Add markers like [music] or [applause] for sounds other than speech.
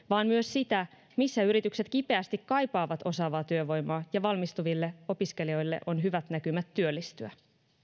[unintelligible] vaan myös sitä missä yritykset kipeästi kaipaavat osaavaa työvoimaa ja valmistuville opiskelijoille on hyvät näkymät työllistyä